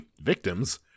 victims